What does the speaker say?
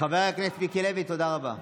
חבר הכנסת מיקי לוי, תודה רבה.